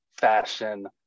fashion